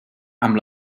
amb